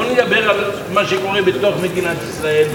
בואו נדבר על מה שקורה בתוך מדינת ישראל,